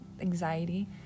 Anxiety